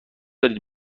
دارید